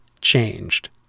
changed